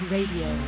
Radio